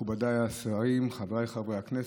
מכובדיי השרים, חבריי חברי הכנסת,